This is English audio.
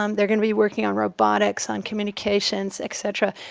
um they're going to be working on robotics, on communications, et cetera.